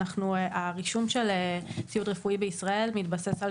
הרישום של ציוד רפואי בישראל מתבסס על